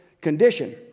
condition